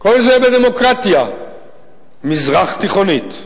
כל זה בדמוקרטיה מזרח-תיכונית.